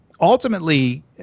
ultimately